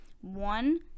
One